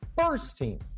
first-team